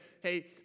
hey